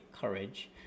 courage